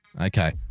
Okay